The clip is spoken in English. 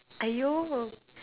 !aiyo!